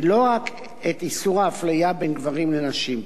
ולא רק את איסור ההפליה בין גברים לנשים.